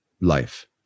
life